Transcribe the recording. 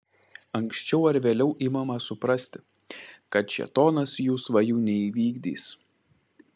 anksčiau ar vėliau imama suprasti kad šėtonas jų svajų neįvykdys